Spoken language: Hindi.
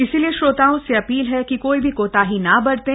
इसलिए श्रोताओं से अपील है कि कोई भी कोताही न बरतें